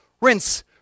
rinse